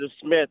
Smith